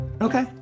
Okay